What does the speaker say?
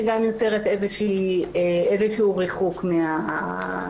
היא גם יוצרת איזשהו ריחוק מהחוויה.